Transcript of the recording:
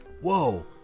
Whoa